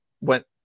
went